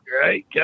right